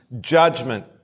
judgment